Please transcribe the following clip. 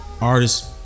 Artist